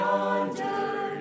Yonder